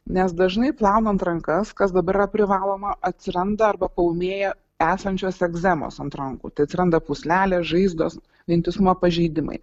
nes dažnai plaunant rankas kas dabar yra privaloma atsiranda arba paūmėja esančios egzemos ant rankų tai atsiranda pūslelės žaizdos vientisumo pažeidimai